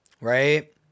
Right